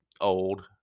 old